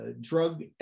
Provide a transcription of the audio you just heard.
drug